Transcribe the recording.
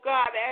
God